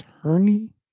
attorney